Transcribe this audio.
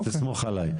אז תסמוך עליי.